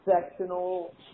sectional